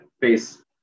face